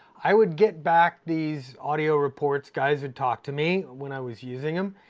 i would get back these audio reports. guys who'd talk to me when i was using them,